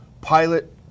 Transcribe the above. pilot